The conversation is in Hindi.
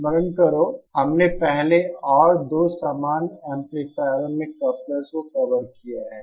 स्मरण करो कि हमने पहले और दो समान एम्पलीफायरों में कप्लर्स को कवर किया है